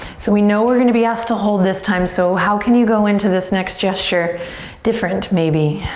so we know we're going to be asked to hold this time so how can you go into this next gesture different maybe?